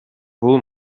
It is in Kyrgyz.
бул